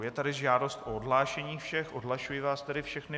Je tady žádost o odhlášení všech, odhlašuji vás tedy všechny.